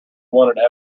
wanted